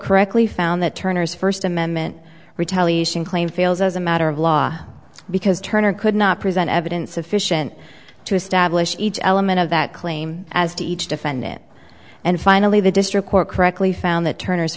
correctly found that turner's first amendment retaliation claim fails as a matter of law because turner could not present evidence sufficient to establish each element of that claim as to each defend it and finally the district court correctly found that turner's